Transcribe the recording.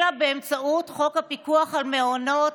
אלא באמצעות חוק הפיקוח על מעונות,